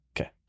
Okay